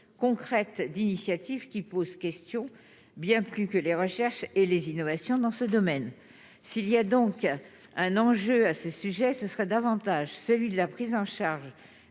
concrète d'initiatives qui pose question, bien plus que les recherches et les innovations dans ce domaine, s'il y a donc un enjeu à ce sujet, ce serait davantage celui de la prise en charge